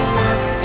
work